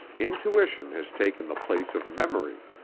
intuition has taken the place of memory.